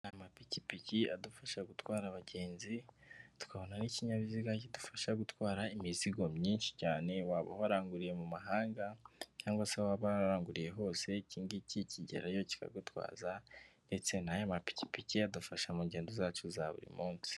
Amapikipiki adufasha gutwara abagenzi, tukabona aho ikinyabiziga kidufasha gutwara imizigo myinshi cyane, waba waranguriye mu mahanga cyangwa se aho waba waranguriye hose, iki ngiki kikugerayo kikagutwaza ndetse n'amapikipiki adufasha mu ngendo zacu za buri munsi.